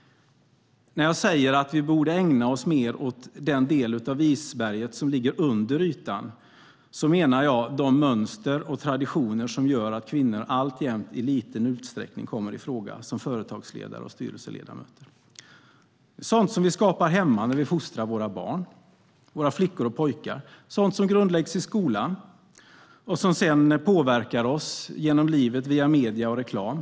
När jag säger att vi borde ägna oss mer åt den delen av isberget som ligger under ytan menar jag de mönster och traditioner som gör att kvinnor alltjämt i liten utsträckning kommer i fråga som företagsledare och styrelseledamöter. Det handlar om sådant som vi skapar hemma när vi fostrar våra flickor och pojkar, sådant som grundläggs i skolan och som sedan påverkar oss genom livet via medier och reklam.